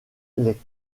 les